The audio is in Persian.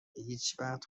هیچوقت